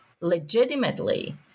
legitimately